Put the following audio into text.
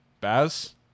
Baz